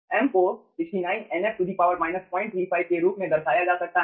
m को 69 Nf 035 के रूप में दर्शाया जा सकता है